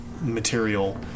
material